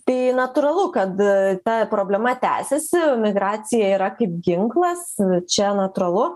tai natūralu kad ta problema tęsiasi migracija yra kaip ginklas čia natūralu